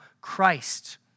Christ